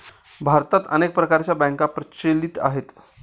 भारतात अनेक प्रकारच्या बँका प्रचलित आहेत